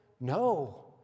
no